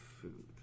food